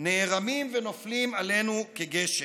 נערמים ונופלים עלינו כגשם.